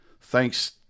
thanks